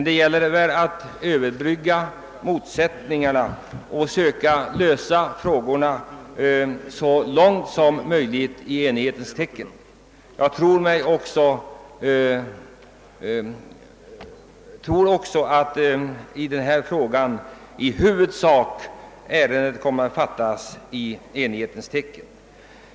Det gäller därför att överbrygga motsättningarna och så långt det är möjligt söka lösa problemen i enighetens tecken. Jag tror också att beslutet i denna fråga i huvudsak kommer att fattas i enighetens tecken.